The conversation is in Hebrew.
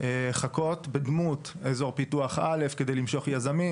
חכות בדמות אזור פיתוח א' כדי למשוך יזמים.